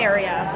Area